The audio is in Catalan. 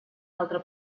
altre